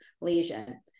lesion